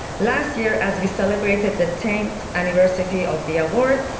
last year as we celebrated the tenth anniversary of the award,